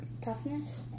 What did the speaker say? Toughness